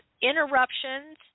interruptions